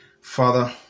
father